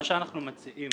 מה שאנחנו מציעים